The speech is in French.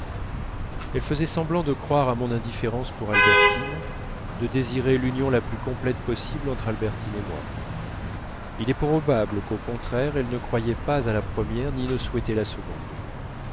elle faisait semblant de croire à mon indifférence pour albertine de désirer l'union la plus complète possible entre albertine et moi il est probable qu'au contraire elle ne croyait pas à la première ni ne souhaitait la seconde